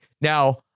now